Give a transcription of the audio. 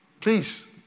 please